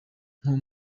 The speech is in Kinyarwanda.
nko